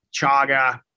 chaga